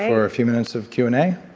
for a few minutes of q and a?